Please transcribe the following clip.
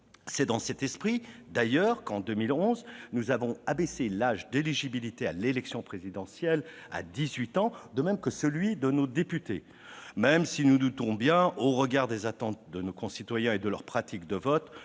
C'est dans cet esprit, d'ailleurs, qu'en 2011 nous avons abaissé à dix-huit ans l'âge d'éligibilité à l'élection présidentielle, de même que celui de nos députés. Cependant, nous nous doutons bien, au regard des attentes de nos concitoyens et de leurs pratiques de vote,